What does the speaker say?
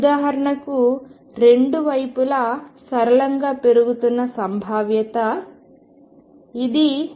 ఉదాహరణకు రెండు వైపులా సరళంగా పెరుగుతున్న సంభావ్యత ఇది V ఇది x